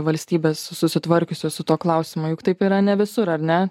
valstybės susitvarkiusios su tuo klausimu juk taip yra ne visur ar ne